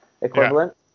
equivalent